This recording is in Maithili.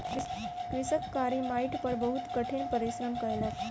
कृषक कारी माइट पर बहुत कठिन परिश्रम कयलक